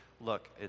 Look